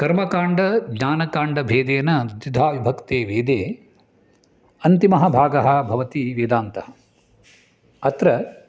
कर्मकाण्डज्ञानकाण्डभेदेन द्विधा विभक्ते वेदे अन्तिमः भागः भवति वेदान्तः अत्र